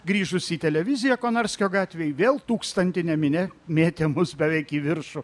grįžus į televiziją konarskio gatvėj vėl tūkstantinė minia mėtė mus beveik į viršų